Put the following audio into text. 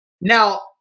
Now